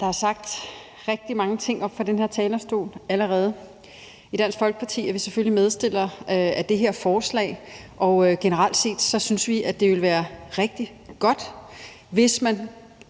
allerede sagt rigtig mange ting oppe fra den her talerstol. I Dansk Folkeparti er vi selvfølgelig medforslagsstillere af det her forslag, og generelt set synes vi, det ville være rigtig godt, hvis man